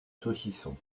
saucisson